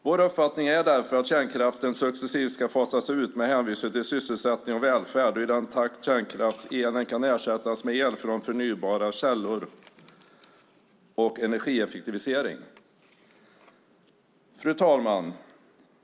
Vår uppfattning är därför att kärnkraften successivt ska fasas ut med hänsyn till sysselsättning och välfärd och i den takt kärnkraftselen kan ersättas med el från förnybara källor och genom energieffektivisering Fru talman!